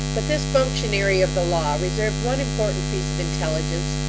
but this functionary of the law reserved one important piece of intelligence,